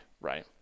right